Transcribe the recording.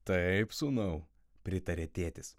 taip sūnau pritarė tėtis